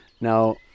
Now